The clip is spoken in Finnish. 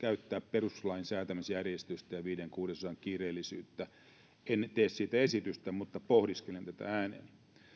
pitänyt käyttää perustuslain säätämisjärjestystä ja viisi kuudesosaa kiireellisyyttä en tee siitä esitystä mutta pohdiskelen tätä ääneen